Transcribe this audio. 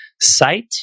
site